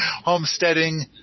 homesteading